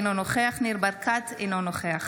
אינו נוכח ניר ברקת, אינו נוכח